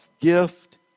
gift